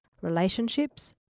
relationships